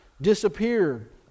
disappeared